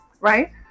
right